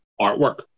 artwork